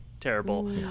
terrible